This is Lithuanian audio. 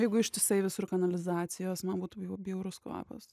jeigu ištisai visur kanalizacijos man būtų jau bjaurus kvapas